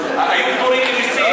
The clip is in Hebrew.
היו קוראים מסים,